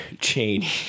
Cheney